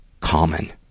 common